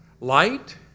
light